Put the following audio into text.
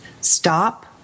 stop